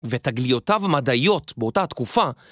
ותגליותיו המדעיות באותה תקופה